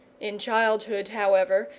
in childhood, however,